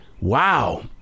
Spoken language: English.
Wow